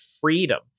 freedom